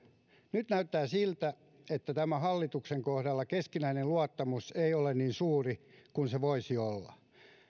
nyt näyttää siltä että tämän hallituksen kohdalla keskinäinen luottamus ei ole niin suuri kuin se voisi olla